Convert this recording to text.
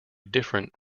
different